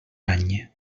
any